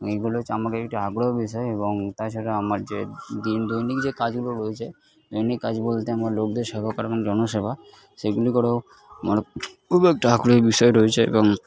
এগুলো হচ্ছে আমার একটু আগ্রহ বিষয় এবং তা ছাড়া আমার যে দিন দৈনিক যে কাজগুলো রয়েছে দৈনিক কাজ বলতে আমার লোকদের সঙ্গে কেরকম জনসেবা সেগুলি করেও মানে উবেক টাকাকড়ির বিষয় রয়েচে এবং